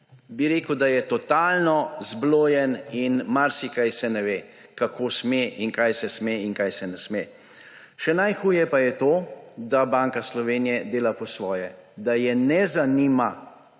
rekel bi, da je totalno zblojen in marsikaj se ne ve, kaj se sme in kaj se ne sme. Še najhuje pa je to, da Banka Slovenije dela po svoje, da je ne zanima,